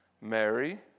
Mary